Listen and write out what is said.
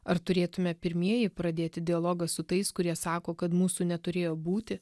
ar turėtume pirmieji pradėti dialogą su tais kurie sako kad mūsų neturėjo būti